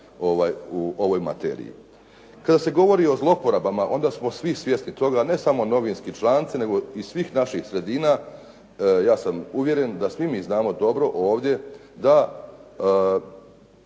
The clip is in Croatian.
u ovoj materiji. Kada se govori o zlouporabama onda smo svi svjesni toga, a ne samo novinski članci nego iz svih naših sredina, ja sam uvjeren da svi mi znamo dobro ovdje da